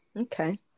Okay